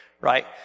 right